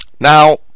Now